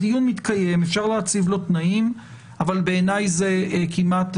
הדיון מתקיים ואפשר להציב לו תנאים אבל הוא מתבקש.